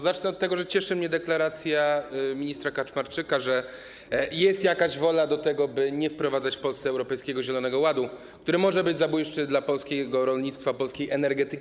Zacznę od tego, że cieszy mnie deklaracja ministra Kaczmarczyka, że jest jakaś wola do tego, by nie wprowadzać w Polsce Europejskiego Zielonego Ładu, który może być zabójczy dla polskiego rolnictwa, polskiej energetyki.